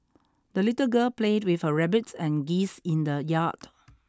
the little girl played with her rabbit and geese in the yard